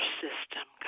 system